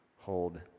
hold